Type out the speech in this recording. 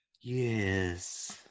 yes